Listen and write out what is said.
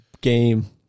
game